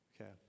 Okay